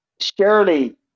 surely